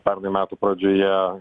pernai metų pradžioje